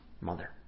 mother